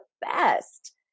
best